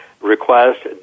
request